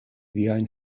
viajn